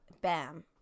bam